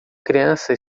criança